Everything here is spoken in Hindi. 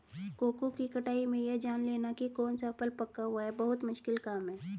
कोको की कटाई में यह जान लेना की कौन सा फल पका हुआ है बहुत मुश्किल काम है